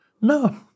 no